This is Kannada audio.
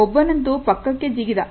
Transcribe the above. ಒಬ್ಬನಂತೂ ಪಕ್ಕಕ್ಕೆ ಜಿಗಿದ